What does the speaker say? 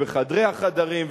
ובחדרי החדרים,